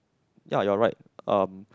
ya you're right um